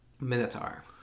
Minotaur